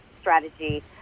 strategy